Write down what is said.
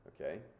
Okay